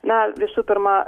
na visų pirma